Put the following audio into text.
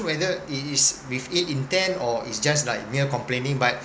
whether it is with ill intent or it's just like we're complaining but